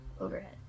overhead